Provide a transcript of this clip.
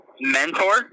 Mentor